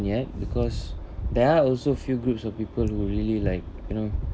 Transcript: yet because they're also few groups of people who really like you know